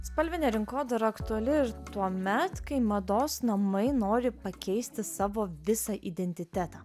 spalvinė rinkodara aktuali ir tuomet kai mados namai nori pakeisti savo visą identitetą